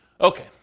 Okay